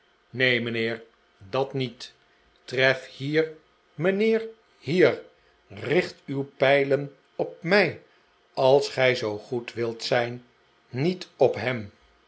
neen mijnheer dat niet tref hier mijnheer hier richt uw pijlen op mij als gij zoo goed wilt zijn niet op hem